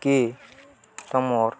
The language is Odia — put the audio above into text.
କି ତୁମର୍